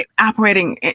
operating